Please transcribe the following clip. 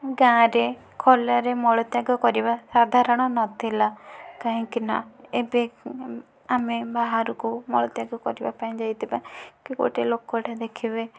ଗାଁରେ ଖୋଲାରେ ମଳତ୍ୟାଗ କରିବା ସାଧାରଣ ନଥିଲା କାହିଁକିନା ଏବେ ଆମେ ବାହାରକୁ ମଳତ୍ୟାଗ କରିବାପାଇଁ ଯାଇଥିବା କି ଗୋଟିଏ ଲୋକଟିଏ ଦେଖିବେ